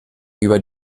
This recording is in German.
über